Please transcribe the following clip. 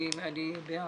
אני בעד.